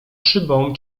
szybą